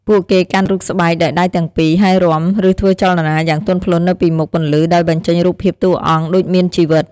ពួកគេកាន់រូបស្បែកដោយដៃទាំងពីរ ហើយរាំ ឬធ្វើចលនាយ៉ាងទន់ភ្លន់នៅពីមុខពន្លឺដោយបញ្ចេញរូបភាពតួអង្គដូចមានជីវិត។